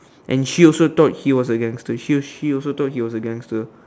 and she also thought he was a gangster she she also thought he was a gangster